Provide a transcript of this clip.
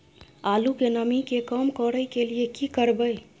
आलू के नमी के कम करय के लिये की करबै?